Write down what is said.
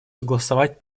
согласовать